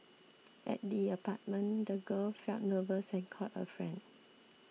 at the apartment the girl felt nervous and called a friend